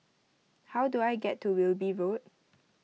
how do I get to Wilby Road